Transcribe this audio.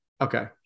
Okay